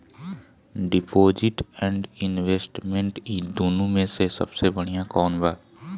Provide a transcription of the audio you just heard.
Deposit and investment इन दुनो मे से सबसे बड़िया कौन बा?